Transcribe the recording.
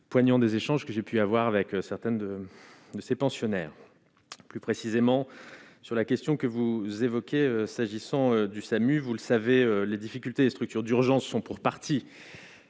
poignant des échanges que j'ai pu avoir avec certaines de ses pensionnaires, plus précisément sur la question que vous évoquez, s'agissant du SAMU, vous le savez, les difficultés des structures d'urgence sont pour partie.